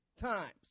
times